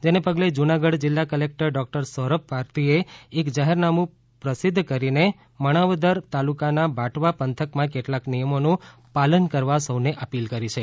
જેને પગલે જૂનાગઢ જિલ્લા કલેકટર ડોક્ટર સૌરભ પારધીએ એક જાહેરનામું પ્રસિદ્ધ કરીને માણાવદર તાલુકાના બાટવા પંથકમાં કેટલાક નિયમોનું પાલન કરવા સૌ કોઈને અપીલ કરી છે